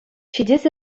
ҫитес